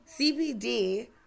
CBD